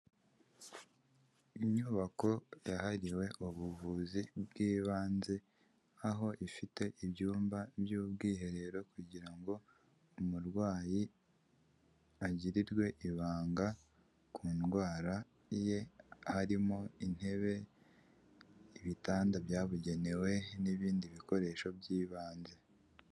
Inyubako yahariwe ubuvuzi bw'ibanze, aho ifite ibyumba by'ubwiherero kugira ngo umurwayi agirirwe ibanga ku ndwara ye, harimo intebe ibitanda byabugenewe n'ibindi bikoresho by'ibanze.